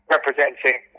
representing